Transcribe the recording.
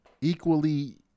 Equally